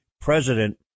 president